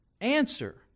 answer